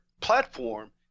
platform